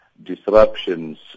Disruptions